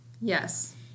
Yes